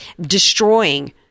destroying